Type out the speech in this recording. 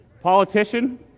Politician